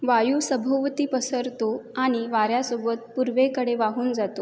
वायू सभोवती पसरतो आणि वाऱ्यासोबत पूर्वेकडे वाहून जातो